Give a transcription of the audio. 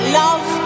love